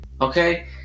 okay